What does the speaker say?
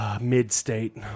mid-state